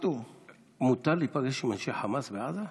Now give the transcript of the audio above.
מותר להיפגש עם אנשי חמאס בעזה?